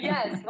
Yes